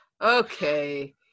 okay